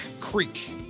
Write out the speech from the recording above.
Creek